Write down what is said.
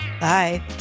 Bye